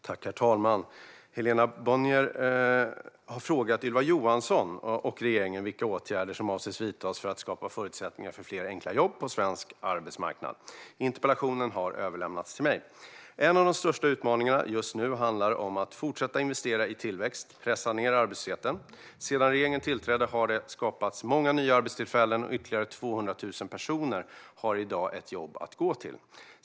Herr talman! Helena Bonnier har frågat Ylva Johansson och regeringen vilka åtgärder som avses att vidtas för att skapa förutsättningar för fler enkla jobb på svensk arbetsmarknad. Interpellationen har överlämnats till mig. En av de största utmaningarna just nu handlar om att fortsätta investera i tillväxt och pressa ned arbetslösheten. Sedan regeringen tillträdde har det skapats många nya arbetstillfällen, och ytterligare 200 000 personer har i dag ett jobb att gå till.